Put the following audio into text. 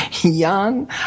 young